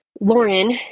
Lauren